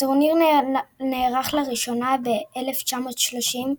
הטורניר נערך לראשונה ב-1930,